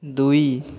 ଦୁଇ